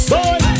Boy